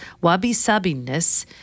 Wabi-sabiness